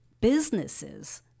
businesses